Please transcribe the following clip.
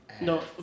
No